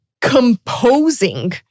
composing